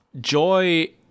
joy